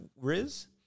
Riz